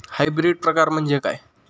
Hybrid प्रकार म्हणजे काय?